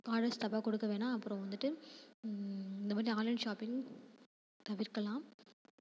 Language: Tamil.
ஆர்டர்ஸ் தப்பாக கொடுக்க வேண்ணாம் அப்புறம் வந்துட்டு இந்த மாதிரி ஆன்லைன் ஷாப்பிங் தவிர்க்கலாம்